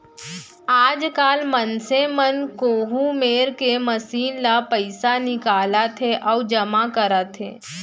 आजकाल मनसे मन कोहूँ मेर के मसीन ले पइसा निकालत हें अउ जमा करत हें